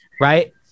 Right